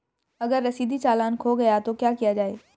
अगर रसीदी चालान खो गया तो क्या किया जाए?